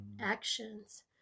actions